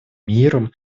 миром